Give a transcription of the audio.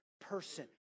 person